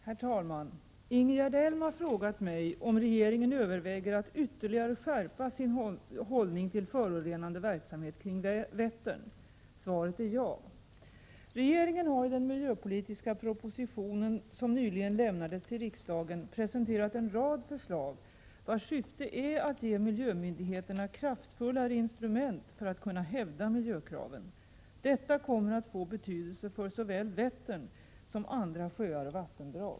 Herr talman! Ingegerd Elm har frågat mig om regeringen överväger att ytterligare skärpa sin hållning till förorenande verksamhet kring Vättern. Svaret på frågan är ja. Regeringen har i den miljöpolitiska proposition som nyligen lämnades till riksdagen presenterat en rad förslag, vilkas syfte är att ge miljömyndigheterna kraftfullare instrument för att kunna hävda miljökraven. Detta kommer att få betydelse för såväl Vättern som andra sjöar och vattendrag.